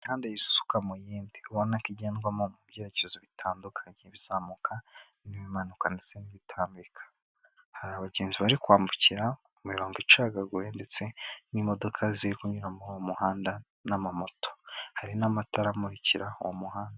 Imihanda y'isuka mu yindi, ubona ko igendwamo mu byerekezo bitandukanye bizamuka, n'ibimanuka ndetse n'ibitambika. Hari abagenzi bari kwambukira mu m'imirongo icagaguye ndetse n'imodoka ziri kunyuramo muruwo m'umuhanda n'amamoto. Hari n'amatara amurikira uwo muhanda.